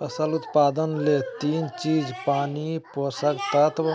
फसल उत्पादन ले तीन चीज पानी, पोषक तत्व